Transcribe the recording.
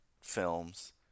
films